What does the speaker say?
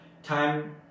Time